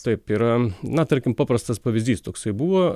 taip yra na tarkim paprastas pavyzdys toksai buvo